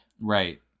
Right